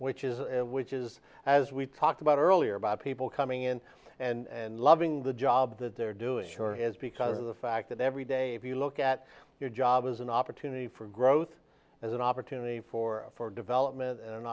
which is which is as we've talked about earlier by people coming in and loving the job that they're doing sure is because of the fact that every day if you look at your job as an opportunity for growth as an opportunity for development an